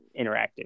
interactive